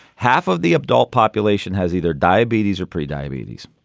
half of the adult population has either diabetes or pre-diabetes.